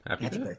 happy